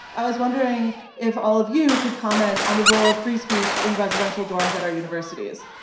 i was wondering if all of you could comment on the role of free speech in residential dorms at our universities.